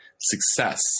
success